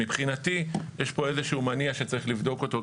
מבחינתי יש פה איזשהו מניע שצריך לבדוק אותו,